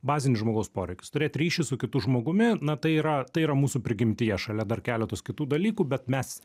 bazinis žmogaus poreikis turėt ryšį su kitu žmogumi na tai yra tai yra mūsų prigimtyje šalia dar keletas kitų dalykų bet mes